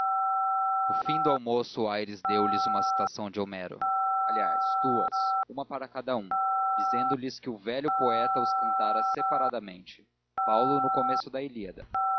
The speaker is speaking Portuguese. no fim do almoço aires deu lhes uma citação de homero aliás duas uma para cada um dizendo-lhes que o velho poeta os cantara separadamente paulo no começo da ilíada